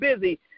busy